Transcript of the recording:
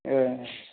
ए